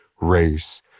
race